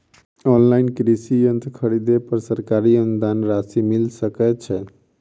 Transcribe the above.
Online कृषि यंत्र खरीदे पर सरकारी अनुदान राशि मिल सकै छैय?